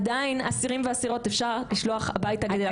עדיין אסירים ואסירות אפשר לשלוח הביתה כדי להפחית צפיפות ואותנו לא.